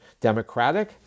Democratic